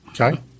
Okay